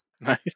nice